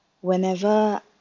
whenever